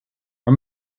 are